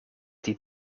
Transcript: die